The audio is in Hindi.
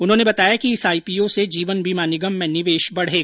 उन्होंने बताया कि इस आईपीओ से जीवन बीमा निगम में निवेश बढ़ेगा